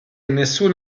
nessun